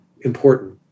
important